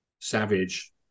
savage